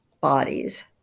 bodies